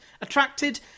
attracted